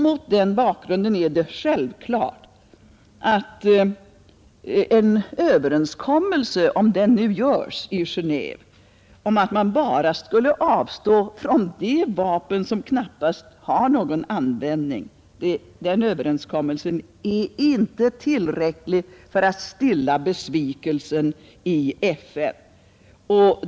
Mot denna bakgrund är det självklart att en överenskommelse i Genéve — om den kommer till stånd — om att bara avstå från de vapen som knappast har någon användning — de biologiska — inte är tillräcklig för att stilla besvikelsen i FN.